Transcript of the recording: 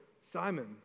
Simon